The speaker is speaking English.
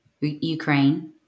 Ukraine